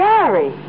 Gary